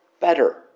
better